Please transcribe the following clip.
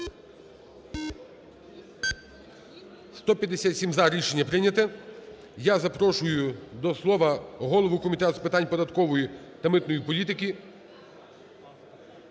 За-157 Рішення прийнято. Я запрошую до слова голову Комітету з питань податкової та митної політики…